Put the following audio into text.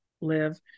live